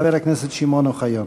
חבר הכנסת שמעון אוחיון.